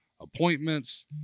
appointments